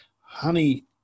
honey